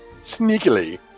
Sneakily